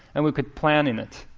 and we could plan in it.